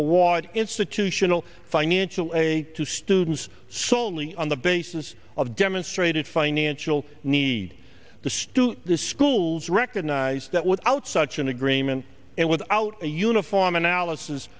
award institutional financial a to students certainly on the basis of demonstrated financial need the student the schools recognize that without such an agreement and without a uniform analysis